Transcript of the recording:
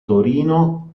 torino